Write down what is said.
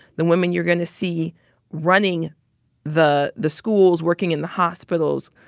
the women you're going to see running the the schools, working in the hospitals,